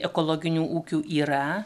ekologinių ūkių yra